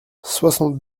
soixante